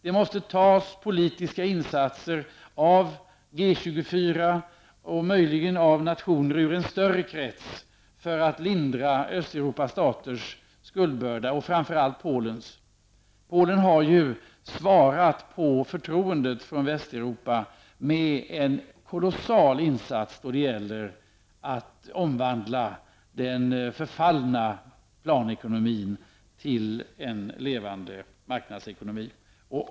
Det måste tas politiska initiativ av G 24 och nationer ur en större krest för att lindra Östuropas skuldbörda, framför allt Polens. Polen har svarat på förtroendet från Västeuropa med en kolossal insats då det gäller att omvandla den förfallna planekonomin till en levande marknadsekonomi.